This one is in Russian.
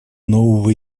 нового